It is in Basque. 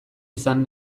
izan